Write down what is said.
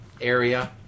area